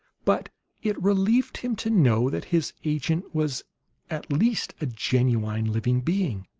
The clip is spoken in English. but it relieved him to know that his agent was at least a genuine living being.